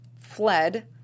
fled